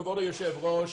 כבוד היושב ראש,